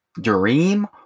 Dream